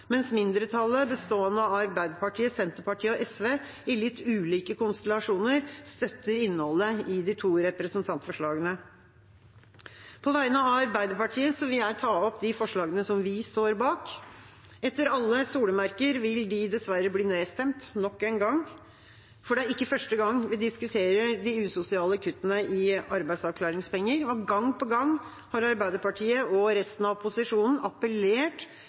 mens mindretallet, bestående av Arbeiderpartiet, Senterpartiet og SV, i litt ulike konstellasjoner, støtter innholdet i de to representantforslagene. På vegne av Arbeiderpartiet vil jeg ta opp de forslagene som vi står bak. Etter alle solemerker vil de dessverre bli nedstemt – nok en gang. For det er ikke første gang vi diskuterer de usosiale kuttene i arbeidsavklaringspenger, og gang på gang har Arbeiderpartiet og resten av opposisjonen appellert